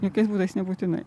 jokiais būdais nebūtinai